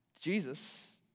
Jesus